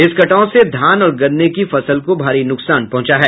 इस कटाव से धान और गन्ने की फसल को भारी नुकसान पहुंचा है